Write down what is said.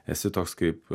esi toks kaip